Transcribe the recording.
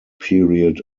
period